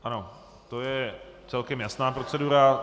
Ano, to je celkem jasná procedura.